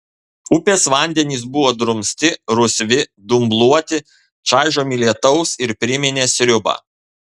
upės vandenys buvo drumsti rusvi dumbluoti čaižomi lietaus ir priminė sriubą